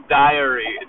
diary